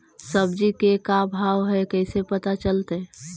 सब्जी के का भाव है कैसे पता चलतै?